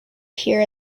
here